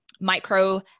micro